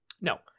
No